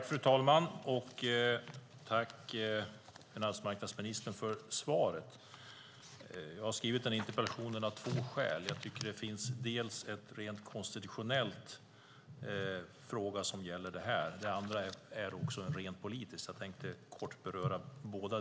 Fru talman! Jag tackar finansmarknadsministern för svaret. Jag har skrivit denna interpellation av två skäl. Dels tycker jag att det finns en rent konstitutionell fråga som gäller detta. Dels tycker jag att det finns en rent politisk fråga. Jag tänkte kortfattat beröra båda.